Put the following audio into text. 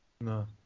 No